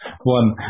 one